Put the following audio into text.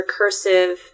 recursive